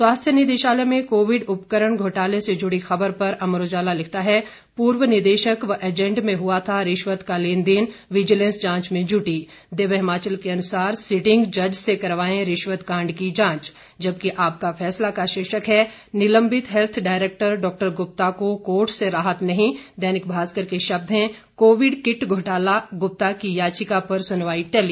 स्वास्थ्य निदेशालय में कोविड उपकरण घोटाले से जुड़ी खबर पर अमर उजाला लिखता है पूर्व निदेशक व एजेंट में हआ था रिश्वत का लेन देन विजिलेंस जांच में जुटी दिव्य हिमाचल के अनुसार सिटिंग जज से करवाए रिश्वत कांड की जांच जबकि आपका फैसला का शीर्षक है निलंबित हेल्थ डायरेक्टर डॉ गुप्ता को कोर्ट से राहत नहीं दैनिक भास्कर के शब्द हैं कोविड किट घोटाला गुप्ता की याचिका पर सुनवाई टली